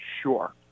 sure